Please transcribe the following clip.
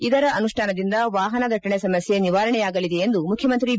ಇದರ ಅನುಷ್ಠಾನದಿಂದ ವಾಪನ ದಟ್ಟಣೆ ಸಮಸ್ಕೆ ನಿವಾರಣೆಯಾಗಲಿದೆ ಎಂದು ಮುಖ್ಯಮಂತ್ರಿ ಬಿ